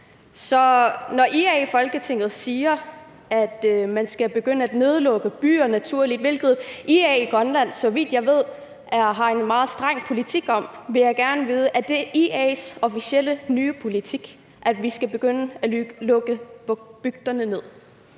Så når IA i Folketinget siger, at man skal begynde at nedlukke bygder naturligt, hvilket IA i Grønland, så vidt jeg ved, har en meget streng politik om, vil jeg gerne vide: Er det IA's officielle nye politik, at vi skal begynde at lukke bygderne ned?